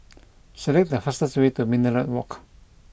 select the fastest way to Minaret Walk